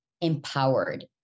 empowered